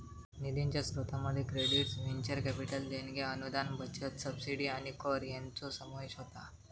निधीच्या स्रोतांमध्ये credits, venture capital देणग्या, अनुदान, बचत, सबसिडी आणि कर हयांचो समावेश होता